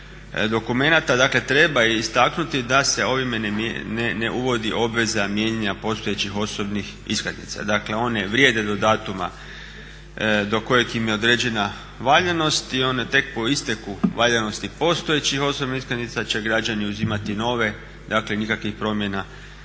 dokumenata dakle treba istaknuti da se ovime ne uvodi obveza mijenjanja postojećih osobnih iskaznica. Dakle, one vrijede do datuma do kojeg im je određena valjanost i one tek po isteku valjanosti postojećih osobnih iskaznica će građani uzimati nove. Dakle, nikakvih promjena